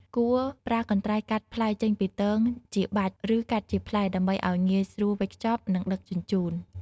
គួរប្រើកន្ត្រៃកាត់ផ្លែចេញពីទងជាបាច់ ឬកាត់ជាផ្លែ ដើម្បីឲ្យងាយស្រួលវេចខ្ចប់ និងដឹកជញ្ជូន។